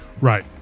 right